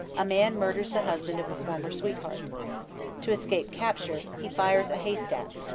a man murders the husband of a former sweetheart to escape capture he fires a haystack,